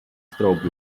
strobe